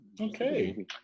Okay